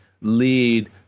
lead